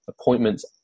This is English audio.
appointments